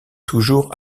toujours